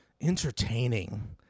entertaining